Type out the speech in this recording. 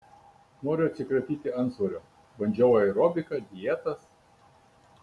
noriu atsikratyti antsvorio bandžiau aerobiką dietas